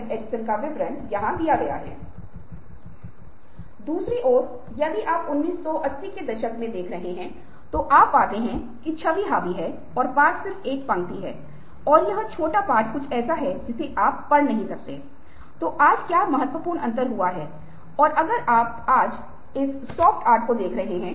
ऐसा करने में कोई विफलता नहीं होगी मूल रूप से काम करने के लिए रिपोर्ट करने में विफलता अनुपस्थित है और फिर हम समाधान को लागू करते हैं